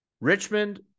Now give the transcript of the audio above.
Richmond